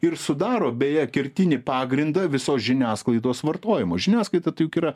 ir sudaro beje kertinį pagrindą visos žiniasklaidos vartojimo žiniasklaida tai juk yra